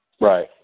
Right